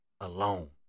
alone